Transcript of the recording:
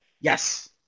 Yes